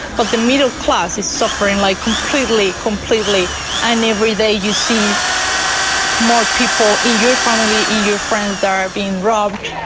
but the middle class is suffering like completely, completely and every day you see more people in your family, in your friends, they are being robbed,